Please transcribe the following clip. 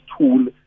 tool